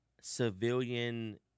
civilian